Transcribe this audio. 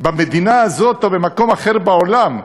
במדינה הזאת או במקום אחר בעולם,